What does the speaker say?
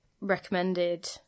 recommended